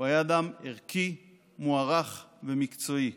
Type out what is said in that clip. הוא היה אדם ערכי, מוערך ומקצועי.